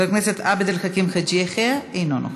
חבר הכנסת עבד אל חכים חאג' יחיא, אינו נוכח,